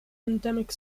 endemic